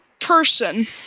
Person